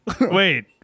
wait